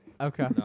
Okay